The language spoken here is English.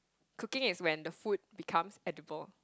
cooking is when the food becomes edible